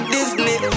Disney